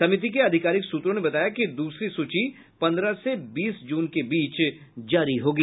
समिति के आधिकारिक सूत्रों ने बताया कि दूसरी सूची पन्द्रह से बीस जून के बीच जारी होगी